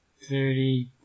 thirty